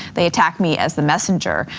they attack me as the messenger.